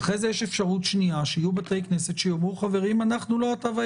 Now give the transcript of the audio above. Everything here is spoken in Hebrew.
יש גם את יום חמישי הבא.